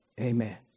Amen